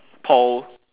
paul